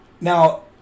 Now